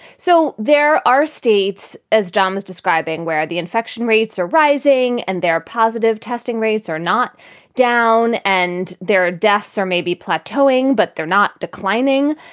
so there are states, as john was describing, where the infection rates are rising and their positive testing rates are not down and there are deaths are maybe plateauing, but they're not declining.